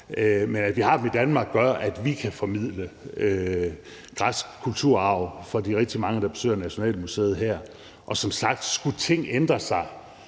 men at vi har dem i Danmark, gør, at vi kan formidle græsk kulturarv til de rigtig mange, der besøger Nationalmuseet her. Og som sagt, hvis tingene